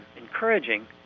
encouraging